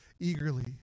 eagerly